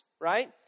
right